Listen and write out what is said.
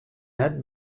net